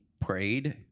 prayed